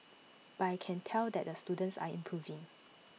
but I can tell that the students are improving